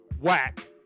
Whack